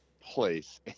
place